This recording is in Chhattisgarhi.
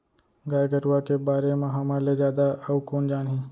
गाय गरूवा के बारे म हमर ले जादा अउ कोन जानही